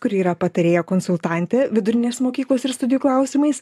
kuri yra patarėja konsultantė vidurinės mokyklos ir studijų klausimais